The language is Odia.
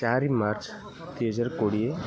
ଚାରି ମାର୍ଚ୍ଚ ଦୁଇହଜାର କୋଡ଼ିଏ